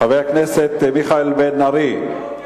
חבר הכנסת מיכאל בן-ארי,